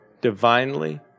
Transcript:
divinely